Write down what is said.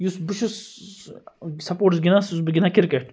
یُس بہٕ چھُس سپوٹس گِنٛدان سُہ چھُس بہٕ گِنٛدان کِرکٹ